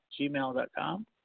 gmail.com